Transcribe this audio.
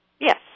Yes